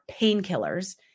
painkillers